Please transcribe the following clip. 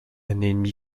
ennemi